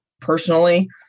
personally